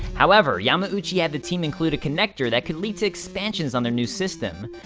however yamauchi had the team include a connector that could lead to expansions on their new system.